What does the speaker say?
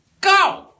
Go